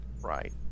Right